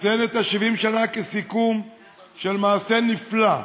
לציין את 70 השנה כסיכום של מעשה נפלא,